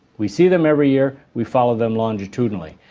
we see them every year, we follow them longitudinally,